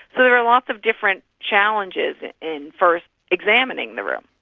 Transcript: so there are lots of different challenges in first examining the room.